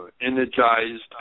energized